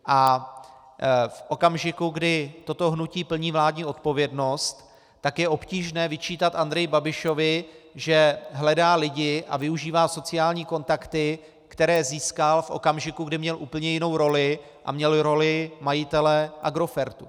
V okamžiku, kdy toto hnutí plní vládní odpovědnost, tak je obtížné vyčítat Andreji Babišovi, že hledá lidi a využívá sociální kontakty, které získal v okamžiku, kdy měl úplně jinou roli, a měl roli majitele Agrofertu.